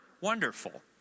wonderful